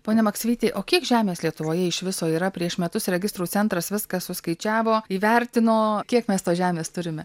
pone maksvytį o kiek žemės lietuvoje iš viso yra prieš metus registrų centras viską suskaičiavo įvertino kiek mes tos žemės turime